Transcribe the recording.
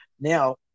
Now